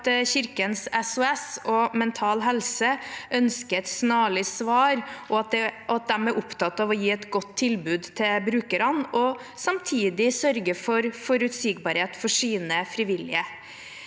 at Kirkens SOS og Mental Helse ønsker et snarlig svar, og at de er opptatt av å gi et godt tilbud til brukerne og samtidig sørge for forutsigbarhet for sine frivillige.